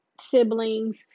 siblings